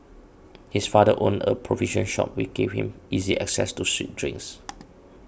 his father owned a provision shop which gave him easy access to sweet drinks